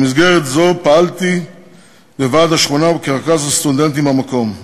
במסגרת זו פעלתי בוועד השכונה וכרכז הסטודנטים במקום.